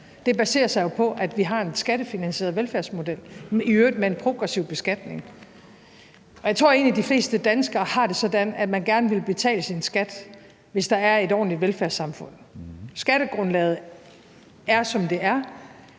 baserer sig jo på, at vi har en skattefinansieret velfærdsmodel, i øvrigt med en progressiv beskatning. Jeg tror egentlig, at de fleste danskere har det sådan, at man gerne vil betale sin skat, hvis der er et ordentligt velfærdssamfund. Skattegrundlaget er, som det er,